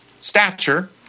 stature